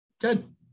Good